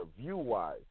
view-wise